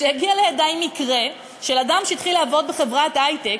שהגיע לידי מקרה של אדם שהתחיל לעבוד בחברת היי-טק